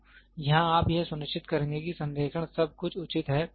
तो यहाँ आप यह सुनिश्चित करेंगे कि संरेखण सब कुछ उचित है